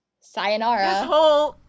Sayonara